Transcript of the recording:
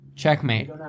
checkmate